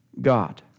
God